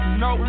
no